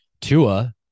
Tua